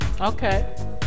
okay